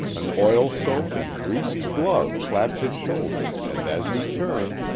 an oil-soaked and greasy glove clapped his shoulder and as he turned,